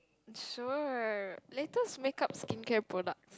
sure latest makeup skincare products